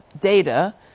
data